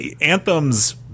Anthem's